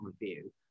Review